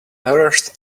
earth